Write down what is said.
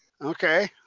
okay